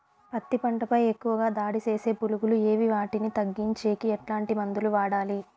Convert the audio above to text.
పత్తి పంట పై ఎక్కువగా దాడి సేసే పులుగులు ఏవి వాటిని తగ్గించేకి ఎట్లాంటి మందులు వాడాలి?